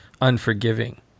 unforgiving